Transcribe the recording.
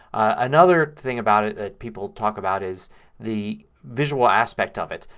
another thing about it that people talk about is the visual aspect of it,